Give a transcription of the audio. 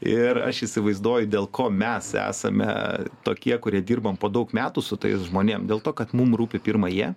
ir aš įsivaizduoju dėl ko mes esame tokie kurie dirbam po daug metų su tais žmonėm dėl to kad mum rūpi pirma jie